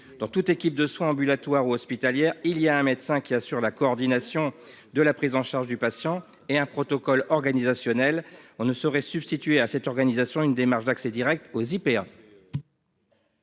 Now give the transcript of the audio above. dans toute équipe de soins ambulatoires ou hospitalières. Il y a un médecin qui assure la coordination de la prise en charge du patient et un protocole organisationnel. On ne saurait substituer à cette organisation. Une démarche d'accès Direct aux IPA.